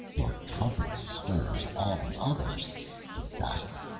your trumpet stirs all the others to battle.